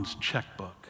checkbook